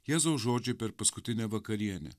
jėzaus žodžiai per paskutinę vakarienę